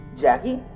Jackie